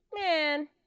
man